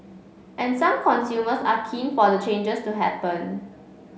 and some consumers are keen for the changes to happen